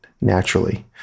naturally